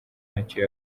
ntacyo